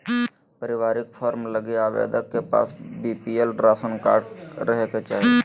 पारिवारिक फार्म लगी आवेदक के पास बीपीएल राशन कार्ड रहे के चाहि